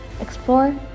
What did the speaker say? Explore